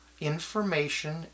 Information